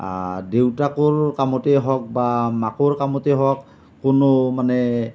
দেউতাকৰ কামতেই হওক বা মাকৰ কামতেই হওক কোনো মানে